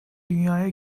dünyaya